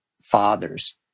fathers